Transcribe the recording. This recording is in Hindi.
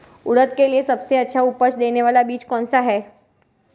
उड़द के लिए सबसे अच्छा उपज देने वाला बीज कौनसा है?